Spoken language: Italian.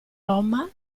roma